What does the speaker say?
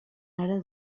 ara